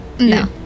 No